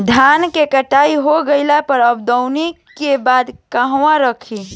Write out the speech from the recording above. धान के कटाई हो गइल बा अब दवनि के बाद कहवा रखी?